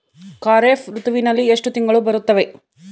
ಖಾರೇಫ್ ಋತುವಿನಲ್ಲಿ ಎಷ್ಟು ತಿಂಗಳು ಬರುತ್ತವೆ?